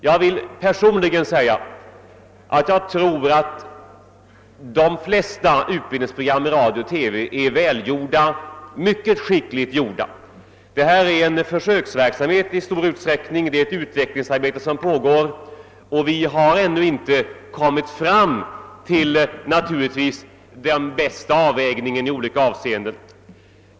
Jag vill personligen säga att jag tycker de flesta utbildningsprogrammen i radio och TV är mycket skickligt gjorda. Detta är i stor utsträckning en försöksverksamhet, ett utvecklingsarbete pågår och vi har naturligtvis ännu inte kommit fram till den bästa avvägningen i olika avseenden.